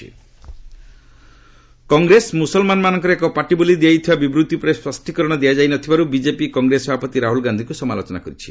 ପାତ୍ର ଆର୍ ଗାନ୍ଧି କଂଗ୍ରେସ ମୁସଲମାନମାନଙ୍କର ଏକ ପାର୍ଟି ବୋଲି ଦିଆଯାଇଥିବା ବିବୃଭି ଉପରେ ସ୍ୱଷ୍ଟିକରଣ ଦିଆଯାଇ ନ ଥିବାରୁ ବିଜେପି କଂଗ୍ରେସ ସଭାପତି ରାହୁଲ ଗାନ୍ଧିଙ୍କୁ ସମାଲୋଚନା କରିଛି